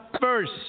first